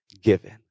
given